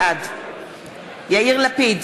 בעד יאיר לפיד,